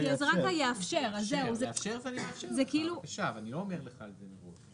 אני לא אומר לך את זה מראש.